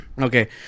Okay